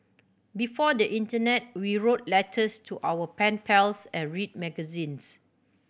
before the internet we wrote letters to our pen pals and read magazines